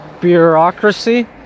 bureaucracy